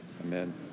Amen